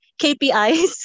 KPIs